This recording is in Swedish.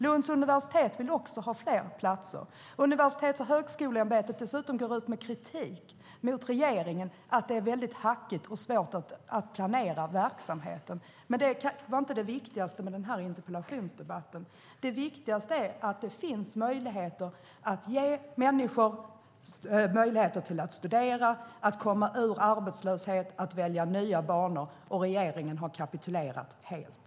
Lunds universitet vill också ha fler platser. Universitets och högskoleämbetet går dessutom ut med kritik mot regeringen för att det är väldigt hackigt och svårt att planera verksamheten. Men det var inte det viktigaste med denna interpellationsdebatt. Det viktigaste är att kunna ge människor möjligheter att studera, att komma ur arbetslöshet och att välja nya banor. Regeringen har kapitulerat helt.